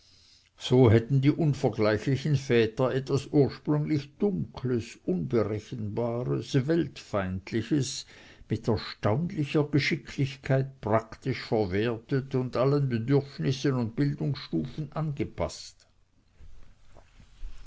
so hätten die unvergleichlichen väter etwas ursprünglich dunkles unberechenbares weltfeindliches mit erstaunlicher geschicklichkeit praktisch verwertet und allen bedürfnissen und bildungsstufen angepaßt